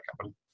company